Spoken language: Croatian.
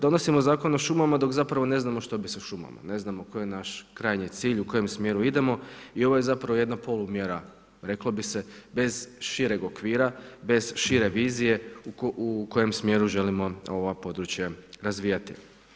Donosimo Zakon o šumama dok zapravo ne znamo što bi sa šumama, ne znamo koji je naš krajnji cilj, u kojem smjeru idemo i ovo je zapravo jedna polumjera, reklo bi se, bez šireg okvira, bez šire vizije u kojem smjeru želimo ova područja razvijati.